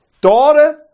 daughter